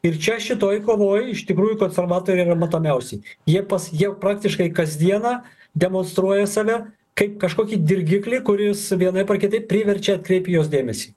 ir čia šitoj kovoj iš tikrųjų konservatoriai yra matomiausi jie pas jie praktiškai kasdieną demonstruoja save kaip kažkokį dirgiklį kuris vienaip ar kitaip priverčia atkreipt į juos dėmesį